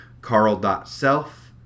Carl.Self